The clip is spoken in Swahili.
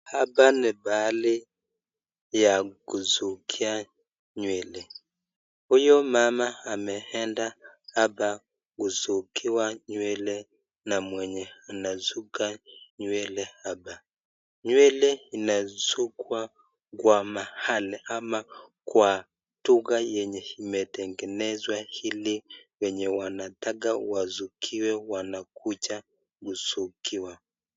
Hapa ni pahali pa kuzukia nywele, huyu mama amenda hapa kuzukiwa nywele na mwenye anazuka nywele hapa, nywele inazukwa kwa mahali ama kwa duka yenye imetengeneswa hili wenye wanataka wazukiwe wanakuja kuzukiwwa.